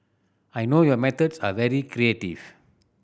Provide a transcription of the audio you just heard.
I know your methods are very creative